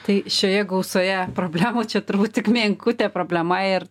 tai šioje gausoje problemų čia turbūt tik menkutė problema ir